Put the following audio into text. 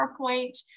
PowerPoint